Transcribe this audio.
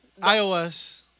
IOS